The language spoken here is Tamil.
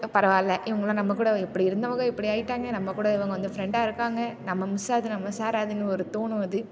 பரவாயில்லை இவங்களும் நம்மகூட எப்படி இருந்தவங்க இப்படி ஆயிட்டாங்க நம்மகூட இவங்க வந்து ஃப்ரெண்டாக இருக்காங்க நம்ம மிஸ்ஸா இது நம்ம சாரா இதுன்னு ஒரு தோணும் அது